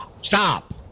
Stop